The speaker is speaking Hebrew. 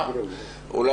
אתה אלעזר יודע את זה מצוין.